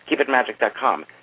keepitmagic.com